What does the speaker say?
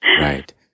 Right